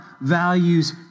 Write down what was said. values